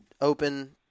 open